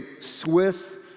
Swiss